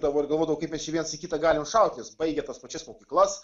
dar ir galvodavo kaip čia mes vien į kitą galim šauti nes baigę tas pačias mokyklas